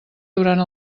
durant